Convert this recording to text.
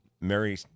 Mary